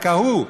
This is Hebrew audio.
רק ההוא,